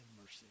mercy